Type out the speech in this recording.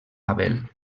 abel